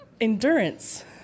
Endurance